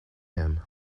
him